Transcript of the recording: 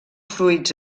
fruits